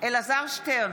אלעזר שטרן,